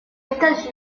états